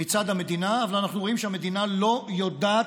מצד המדינה, אבל אנחנו רואים שהמדינה לא יודעת